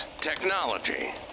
technology